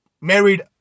married